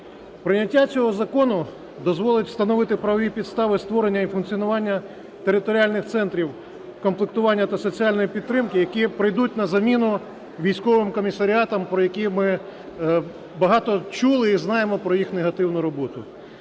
Прийняття цього закону дозволить встановити правові підстави створення і функціонування територіальних центрів комплектування та соціальної підтримки, які прийдуть на заміну військовим комісаріатам, про які ми багато чули і знаємо про їх негативну роботу.